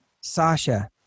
Sasha